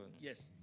Yes